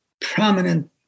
prominent